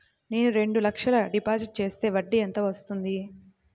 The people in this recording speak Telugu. నేను రెండు లక్షల డిపాజిట్ చేస్తే వడ్డీ ఎంత వస్తుంది?